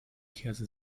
käse